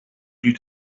due